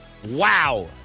Wow